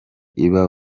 iba